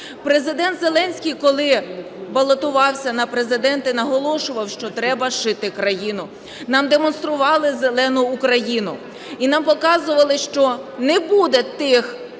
Президент Зеленський, коли балотувався на Президенти, наголошував, що треба зшити країну, нам демонстрували "зелену Україну", і нам показували, що не буде тих